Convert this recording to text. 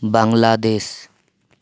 Bangladesh